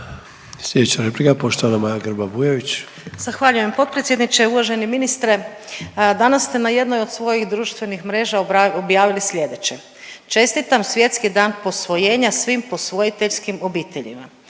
Sljedeća replika, poštovana Maja Grba-Bujević. **Grba-Bujević, Maja (HDZ)** Zahvaljujem potpredsjedniče. Uvaženi ministre, danas ste na jednoj od svojih društvenih mreža objavili sljedeće, čestitam Svjetski dan posvojenja svim posvojiteljskim obiteljima.